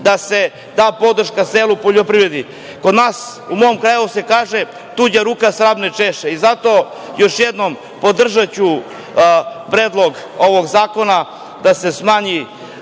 da se da podrška selu i poljoprivredi.U mom kraju se kaže - tuđa ruka svrab ne češe i zato, još jednom, podržaću predlog ovog zakona da se smanji